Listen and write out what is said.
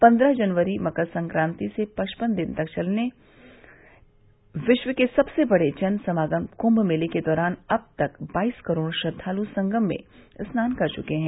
पन्द्रह जनवरी मकरसंक्रांति से पचपन दिन तक चले विश्व के सबसे बड़े जन समागम कुम्म मेले के दौरान अब तक बाईस करोड़ श्रद्वालु संगम में स्नान कर चुके हैं